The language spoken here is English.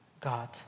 God